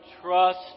trust